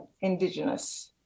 Indigenous